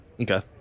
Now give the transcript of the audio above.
Okay